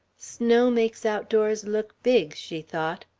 snow makes outdoors look big, she thought.